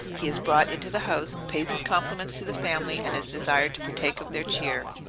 he is brought into the house, pays his compliments to the family, and is desired to partake of their cheer,